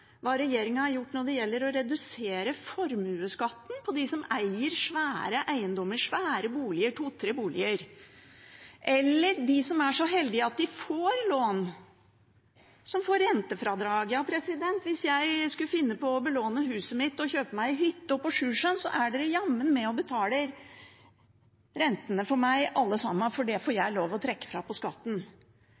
hva regjeringen har gjort når det gjelder å redusere formuesskatten for dem som eier svære eiendommer, svære boliger og to–tre boliger, eller dem som er så heldige at de får lån, og som får rentefradrag. Hvis jeg skulle finne på å belåne huset mitt og kjøpe meg en hytte på Sjusjøen, er dere jammen med og betaler rentene for meg, alle sammen, for det får jeg lov til å trekke fra på skatten.